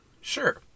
Sure